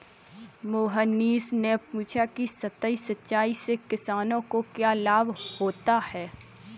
मोहनीश ने पूछा कि सतही सिंचाई से किसानों को क्या लाभ होता है?